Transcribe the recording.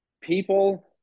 People